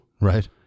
Right